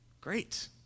Great